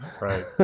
Right